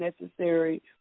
necessary